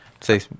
Say